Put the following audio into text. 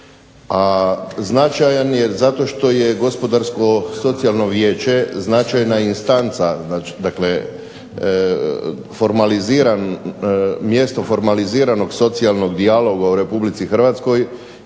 značajan je što je Gospodarsko-socijalno vijeće značajna instanca dakle mjesto formaliziranog socijalnog dijaloga u RH i pozvana